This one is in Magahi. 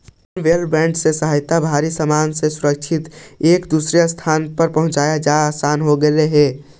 कनवेयर बेल्ट के सहायता से भारी सामान के सुरक्षित एक से दूसर स्थान पर पहुँचाना असान हो गेलई हे